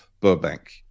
Burbank